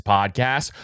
Podcast